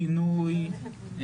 בינוי,